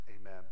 Amen